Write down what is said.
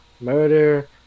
murder